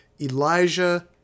Elijah